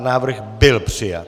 Návrh byl přijat.